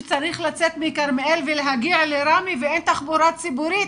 שצריך לצאת מכרמיאל ולהגיע לראמה ואין תחבורה ציבורית